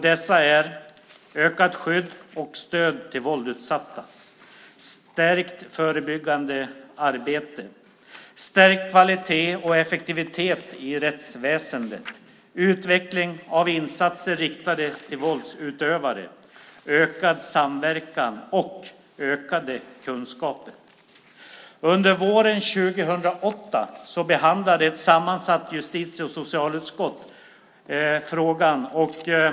Dessa är ökat skydd och stöd till våldsutsatta, stärkt förebyggande arbete, stärkt kvalitet och effektivitet i rättsväsendet, utveckling av insatser riktade till våldsutövare, ökad samverkan och ökade kunskaper. Under våren 2008 behandlade ett sammansatt justitie och socialutskott frågan.